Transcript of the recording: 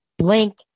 Link